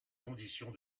conditions